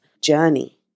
journey